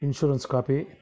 insurance copy